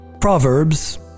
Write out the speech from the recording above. Proverbs